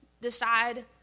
decide